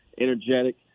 energetic